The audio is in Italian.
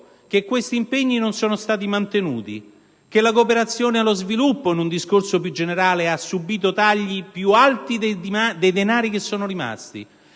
che questi impegni non sono stati mantenuti; che la cooperazione allo sviluppo, in un discorso più generale, ha subìto tagli più alti dei denari che sono rimasti;